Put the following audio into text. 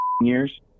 Years